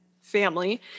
family